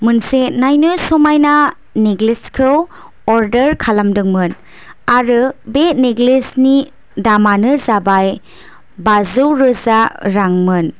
मोनसे नायनो समायना नेक्लेस खौ अर्दार खालामदोंमोन आरो बे नेक्लेस नि दामआ बाजौ रोजा रांमोन